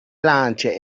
lance